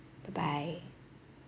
bye bye